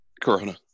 Corona